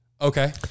okay